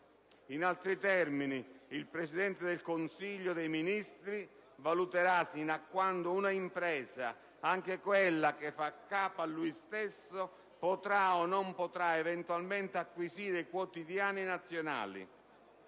In altri termini, il Presidente del Consiglio dei ministri valuterà fino a quando un'impresa, anche quella che fa capo a lui stesso, potrà o non potrà eventualmente acquisire quotidiani nazionali.